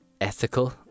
ethical